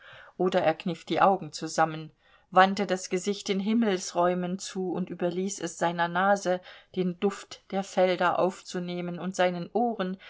oder er kniff die augen zusammen wandte das gesicht den himmelsräumen zu und überließ es seiner nase den duft der felder aufzunehmen und seinen ohren